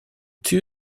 two